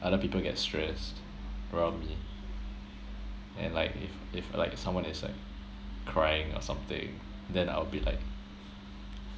other people get stressed around me and like if if like someone is like crying or something then I'll be like